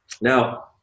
Now